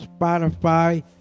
Spotify